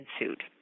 ensued